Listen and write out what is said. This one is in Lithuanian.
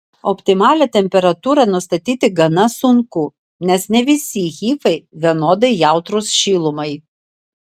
optimalią temperatūrą nustatyti gana sunku nes ne visi hifai vienodai jautrūs šilumai